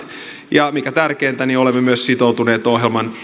ja mikä tärkeintä olemme myös sitoutuneet ohjelman